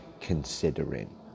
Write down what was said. considering